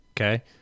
Okay